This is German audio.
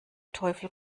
teufel